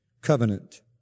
covenant